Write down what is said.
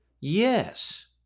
Yes